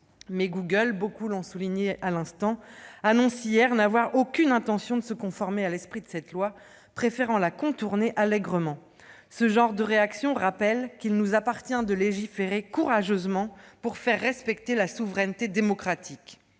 Mais Google, cela vient d'être souligné, a annoncé hier n'avoir aucune intention de se conformer à l'esprit de cette loi, préférant la contourner allégrement. De telles réactions rappellent qu'il nous appartient de légiférer courageusement pour faire respecter la souveraineté démocratique.